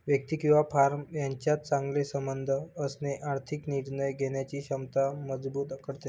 व्यक्ती किंवा फर्म यांच्यात चांगले संबंध असणे आर्थिक निर्णय घेण्याची क्षमता मजबूत करते